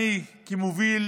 אני, כמוביל